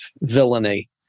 villainy